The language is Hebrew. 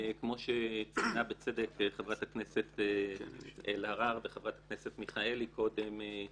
כמו שציינה בצדק חברת הכנסת אלהרר וחברת הכנסת מיכאלי קודם,